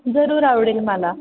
जरूर आवडेल मला